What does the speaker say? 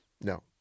No